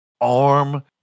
arm